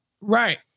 Right